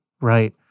right